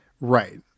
Right